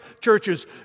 churches